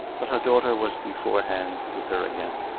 but her daughter was before hand with her again.